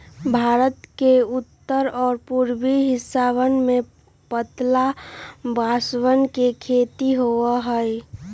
भारत के उत्तर और पूर्वी हिस्सवन में पतला बांसवन के खेती होबा हई